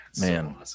Man